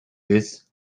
this